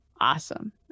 Awesome